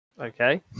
Okay